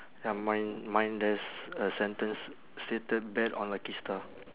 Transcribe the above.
ya mine mine there's a sentence stated bet on lucky star